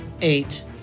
Eight